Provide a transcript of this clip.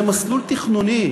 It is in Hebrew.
זה מסלול תכנוני.